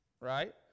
right